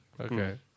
Okay